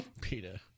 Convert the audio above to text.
Peter